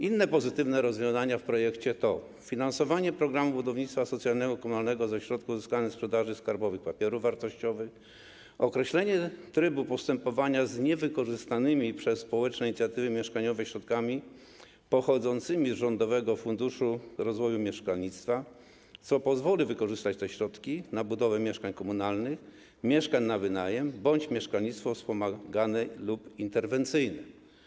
Inne pozytywne rozwiązania w projekcie to: finansowanie programu budownictwa socjalnego, komunalnego ze środków uzyskanych ze sprzedaży skarbowych papierów wartościowych, określenie trybu postępowania z niewykorzystanymi przez społeczne inicjatywy mieszkaniowe środkami pochodzącymi z Rządowego Funduszu Rozwoju Mieszkalnictwa, co pozwoli wykorzystać te środki na budowę mieszkań komunalnych, mieszkań na wynajem, bądź mieszkalnictwo wspomagane lub interwencyjne.